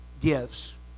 gifts